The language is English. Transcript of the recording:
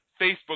Facebook